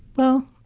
well,